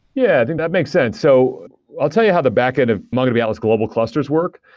yeah. i think that make sense. so i'll tell you how the backend of mongodb atlas global clusters work.